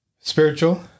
spiritual